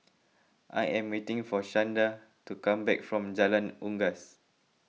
I am waiting for Shanda to come back from Jalan Unggas